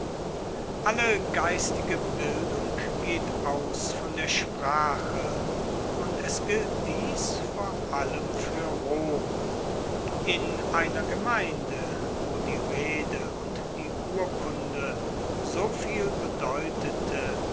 alle geistige bildung geht aus von der sprache und es gilt dies vor allem fuer rom in einer gemeinde wo die rede und die urkunde so viel bedeutete